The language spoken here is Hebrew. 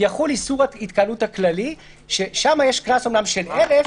יחול איסור ההתקהלות הכללי ששם יש קנס של 1,000,